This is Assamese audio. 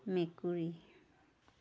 মেকুৰী